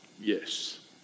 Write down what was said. Yes